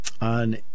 on